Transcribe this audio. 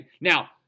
Now